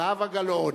זהבה גלאון.